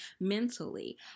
mentally